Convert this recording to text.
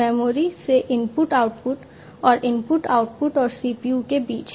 memory से input output और input output और CPU के बीच भी